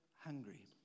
hungry